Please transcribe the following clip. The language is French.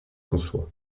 conçoit